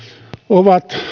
ovat